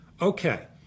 Okay